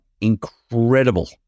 incredible